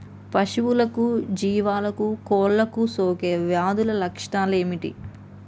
పశువులకు జీవాలకు కోళ్ళకు సోకే వ్యాధుల లక్షణాలు ఏమిటి?